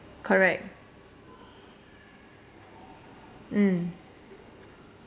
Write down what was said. correct mm